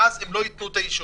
ואז הם לא ייתנו את האישור.